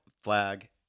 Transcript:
flag